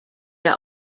der